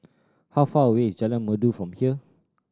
how far away is Jalan Merdu from here